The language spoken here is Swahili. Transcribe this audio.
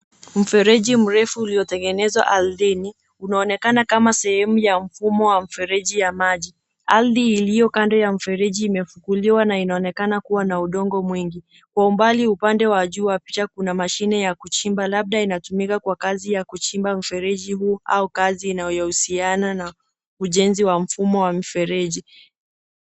Mfereji mrefu uliotengenezwa ardhini, unaonekana kama sehemu ya mfumo wa mfereji ya maji. Ardhi iliyo kando ya mfereji imefukuliwa na inaonekana kuwa na udongo mwingi. Kwa umbali, upande wa juu wa picha kuna mashine ya kuchimba labda inatumika kwa kazi ya kuchimba mfereji huu au kazi inayohusiana na ujenzi wa mfumo wa mfereji.